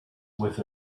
with